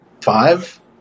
five